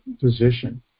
position